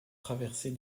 traverser